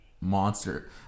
monster